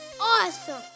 Awesome